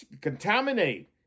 contaminate